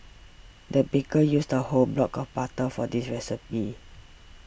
the baker used a whole block of butter for this recipe